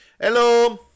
Hello